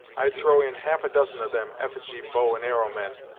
i'd throw in half a dozen of them effigy bow-and-arrow men,